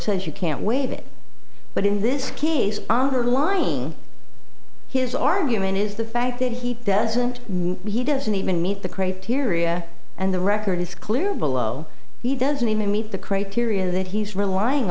says you can't waive it but in this case on the line his argument is the fact that he doesn't he doesn't even meet the criteria and the record is clear below he doesn't even meet the criteria that he's relying